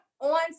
On